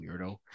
weirdo